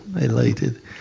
elated